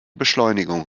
beschleunigung